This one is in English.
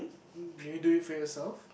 do you do it for yourself